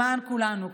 למען כולנו.